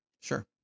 sure